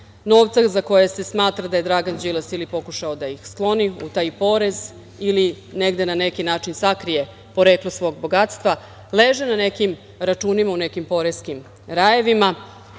novca, za koje se smatra da je Dragan Đilas ili pokušao da ih skloni u taj porez ili na neki način da sakrije poreklo svog bogatstva, leže na nekim računima u nekim poreskim rajevima,